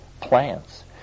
plants